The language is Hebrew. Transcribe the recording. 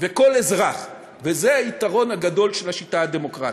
וכל אזרח, וזה היתרון הגדול של השיטה הדמוקרטית.